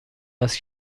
است